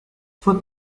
fue